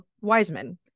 Wiseman